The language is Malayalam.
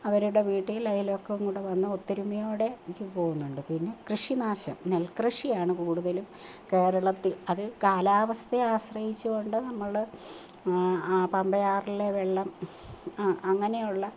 അവരുടെ വീട്ടിൽ അയൽവക്കം കൂടി വന്ന് ഒത്തൊരുമയോടു ഒന്നിച്ചു പോകുന്നുണ്ട് പിന്നെ കൃഷിനാശം നെൽക്കൃഷിയാണ് കൂടുതലും കേരളത്തിൽ അതു കാലാവസ്ഥയെ ആശ്രയിച്ചു കൊണ്ട് നമ്മൾ പമ്പയാറിലെ വെള്ളം അങ്ങനെയുള്ള